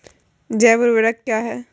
जैव ऊर्वक क्या है?